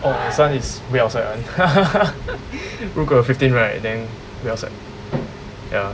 oh this one is wait outside [one] 如果有 fifteen right then wait outside ya